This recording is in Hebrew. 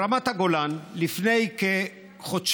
ברמת הגולן לפני כחודשיים